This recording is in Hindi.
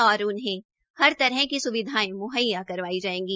और उन्हें हर तरह की सुविधाएं मुहब्रा करवाई जाएंगी